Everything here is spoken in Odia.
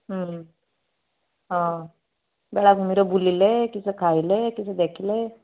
ହୁଁ ହଁ ବେଳାଭୂମିରେ ବୁଲିଲେ କିସ ଖାଇଲେ କିସ ଦେଖିଲେ